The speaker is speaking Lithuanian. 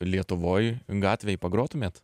lietuvoj gatvėj pagrotumėt